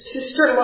Sister